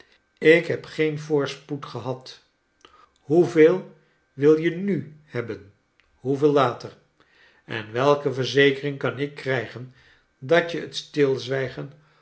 ik heb geen voorspoed gehad hoeveel wil je nu hebben itoeveel later en welke verzekering kan ik krijgen dat je het stilzwijgen